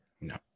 No